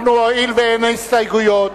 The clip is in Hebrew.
הואיל ואין הסתייגויות